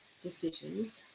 decisions